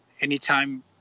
anytime